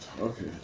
Okay